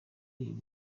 iri